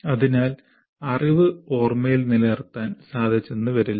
അതിനാൽ അറിവ് ഓർമയിൽ നിലനിർത്താൻ സാധിച്ചെന്ന് വരില്ല